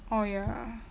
orh ya